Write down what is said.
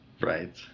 Right